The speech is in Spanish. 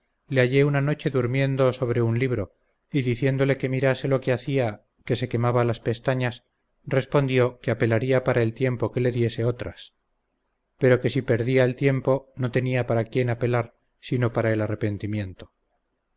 le hallé una noche durmiendo sobre un libro y diciéndole que mirase lo que hacía que se quemaba las pestañas respondió que apelaría para el tiempo que le diese otras pero que si perdía el tiempo no tenía para quien apelar sino para el arrepentimiento